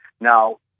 Now